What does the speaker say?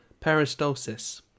Peristalsis